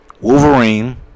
Wolverine